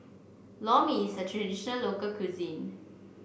Lor Mee is a traditional local cuisine